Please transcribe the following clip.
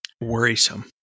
worrisome